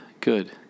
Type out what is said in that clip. good